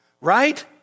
right